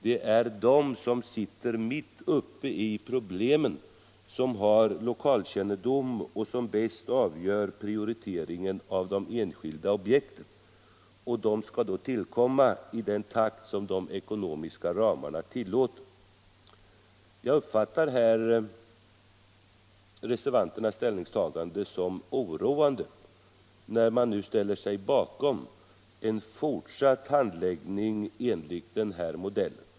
Det är de som sitter mitt uppe i problemen som har lokalkännedom och som bäst avgör prioriteringen av de enskilda objekten, och dessa skall då tillkomma i den takt som de ekonomiska ramarna tillåter. Jag uppfattar reservanternas ställningstagande som oroande, när man nu ställer sig bakom en fortsatt handläggning enligt den här modellen.